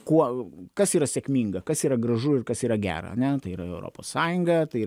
kuo kas yra sėkminga kas yra gražu ir kas yra gera ane tai yra europos sąjunga tai yra